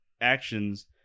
actions